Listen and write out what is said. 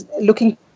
looking